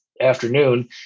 afternoon